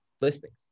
listings